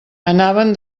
anaven